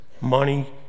money